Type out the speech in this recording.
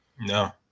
No